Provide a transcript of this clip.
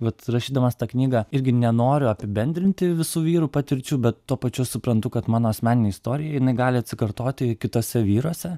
vat rašydamas tą knygą irgi nenoriu apibendrinti visų vyrų patirčių bet tuo pačiu suprantu kad mano asmeninė istorija jinai gali atsikartoti kituose vyruose